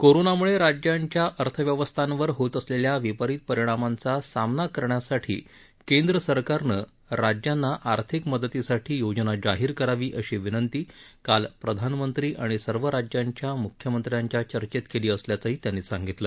कोरोनाम्ळे राज्यांच्या अर्थव्यवस्थांवर होत असलेल्या विपरीत परिणामांचा सामना करण्यासाठी केंद्र सरकारनं राज्यांना आर्थिक मदतीसाठी योजना जाहीर करावी अशी विनंती काल प्रधानमंत्री आणि सर्व राज्यांच्या म्ख्यमंत्र्यांच्या चर्चेत केली असल्याचंही त्यांनी सांगितलं